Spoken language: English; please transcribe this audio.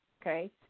okay